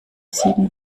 sieben